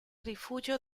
rifugio